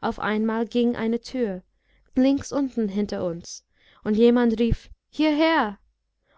auf einmal ging eine tür links unten hinter uns und jemand rief hierher